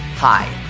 Hi